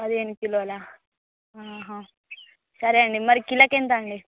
పదిహేను కిలోల సరే అండి మరి కిలోకు ఎంత అండి